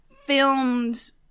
filmed